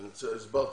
הסברתי.